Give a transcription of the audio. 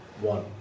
one